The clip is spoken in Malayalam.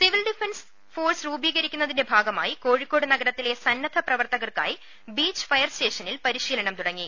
സിവിൽ ഡിഫൻസ് ഫോഴ്സ് രൂപീകരിക്കുന്നതിന്റെ ഭാഗമായി കോഴിക്കോട് നഗരത്തിലെ സന്നദ്ധ പ്രവർത്തകർക്കായി ബീച്ച് ഫയർസ്റ്റേഷനിൽ പ്രിശീലനം തുടങ്ങി